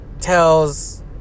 tells